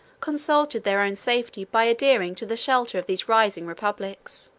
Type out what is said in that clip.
consulted their own safety by adhering to the shelter of these rising republics.